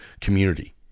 community